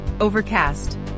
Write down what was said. Overcast